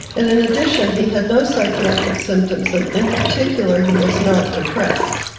and in addition he had no psychiatric symptoms, and in particular he was not depressed.